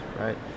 right